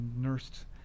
nursed